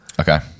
Okay